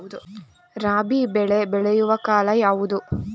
ರಾಬಿ ಬೆಳೆ ಬೆಳೆಯುವ ಕಾಲ ಯಾವುದು?